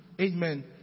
amen